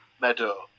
Meadow